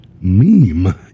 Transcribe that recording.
meme